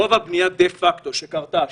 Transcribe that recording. רוב הבנייה דה-פקטו שקרתה,